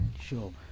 Sure